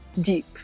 deep